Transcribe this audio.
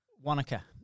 Wanaka